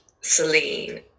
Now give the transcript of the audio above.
Celine